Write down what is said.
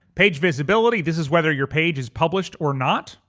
page visibility. this is whether your page is published or not.